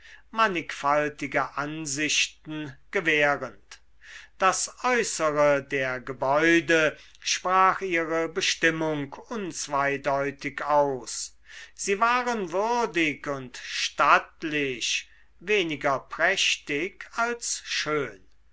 mannigfaltige ansichten gewährend das äußere der gebäude sprach ihre bestimmung unzweideutig aus sie waren würdig und stattlich weniger prächtig als schön